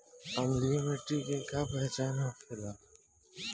अम्लीय मिट्टी के का पहचान होखेला?